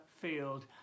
field